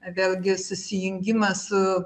vėlgi susijungimą su